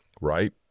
right